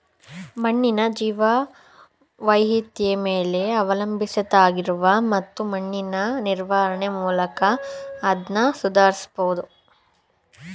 ಮಣ್ಣಿನ ಜೀವವೈವಿಧ್ಯತೆ ಮೇಲೆ ಅವಲಂಬಿತವಾಗಿದೆ ಮತ್ತು ಮಣ್ಣಿನ ನಿರ್ವಹಣೆ ಮೂಲಕ ಅದ್ನ ಸುಧಾರಿಸ್ಬಹುದು